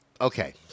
okay